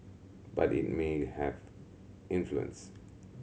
but it may have influence